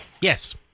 Yes